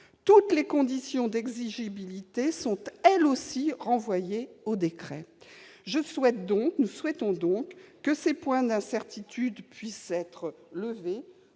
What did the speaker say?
toutes les conditions d'exigibilité sont, elles aussi, renvoyées au décret. Nous souhaitons donc que ces points d'incertitude soient levés